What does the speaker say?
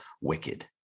wicked